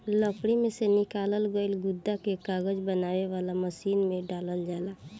लकड़ी में से निकालल गईल गुदा के कागज बनावे वाला मशीन में डालल जाला